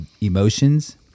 emotions